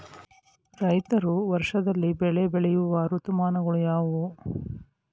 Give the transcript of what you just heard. ರೈತರು ವರ್ಷದಲ್ಲಿ ಬೆಳೆ ಬೆಳೆಯುವ ಋತುಮಾನಗಳು ಯಾವುವು?